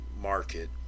market